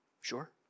Sure